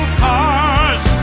cars